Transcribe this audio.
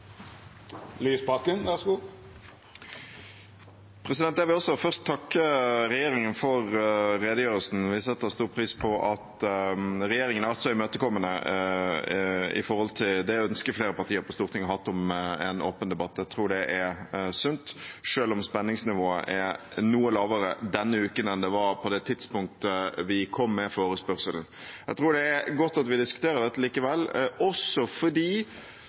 Jeg vil også først takke regjeringen for redegjørelsen. Vi setter stor pris på at regjeringen har vært så imøtekommende med tanke på det ønsket flere partier på Stortinget har hatt om en åpen debatt. Jeg tror det er sunt, selv om spenningsnivået er noe lavere denne uken enn det var på det tidspunktet vi kom med forespørselen. Jeg tror det er godt at vi diskuterer dette likevel, også fordi